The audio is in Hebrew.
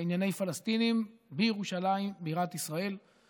לענייני פלסטינים בירושלים, בירת ישראל.